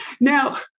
Now